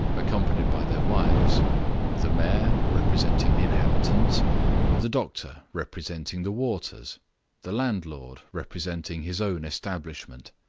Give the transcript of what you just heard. accompanied by their wives the mayor, representing the inhabitants the doctor, representing the waters the landlord, representing his own establishment.